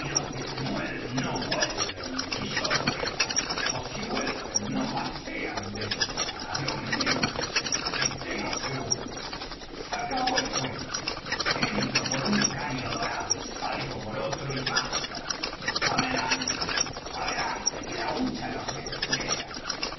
que se mueren no vuelven que yo sepa ó si vuelven no pasean de día á lo menos estemos seguros se acabó el cuento entro por un caño dorado y salgo por otro y basta adelante adelante que la hucha nos espera